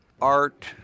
Art